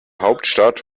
hauptstadt